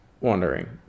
wondering